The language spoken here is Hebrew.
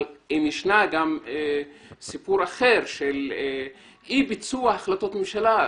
אבל אם יש גם סיפור אחר של אי ביצוע החלטות ממשלה.